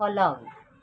पलङ